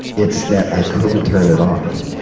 it's that i couldn't turn it off.